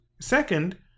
second